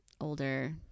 older